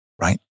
right